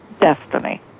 destiny